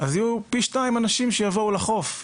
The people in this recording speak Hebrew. אז יהיו פי שתיים אנשים שיבואו לחוף.